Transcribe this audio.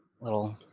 little